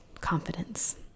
confidence